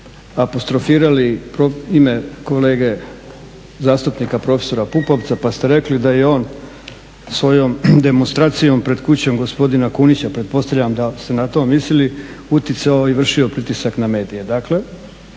apostrofirali ime kolege zastupnika profesora Pupovca, pa ste rekli da je on svojom demonstracijom pred kućom gospodina Kunića, pretpostavljam da ste na to mislili, uticao i vršio pritisak na medije.